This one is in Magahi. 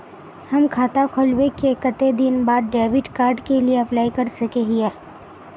हम खाता खोलबे के कते दिन बाद डेबिड कार्ड के लिए अप्लाई कर सके हिये?